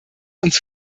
uns